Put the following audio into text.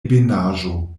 ebenaĵo